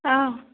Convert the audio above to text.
ꯑꯥꯎ